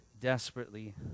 desperately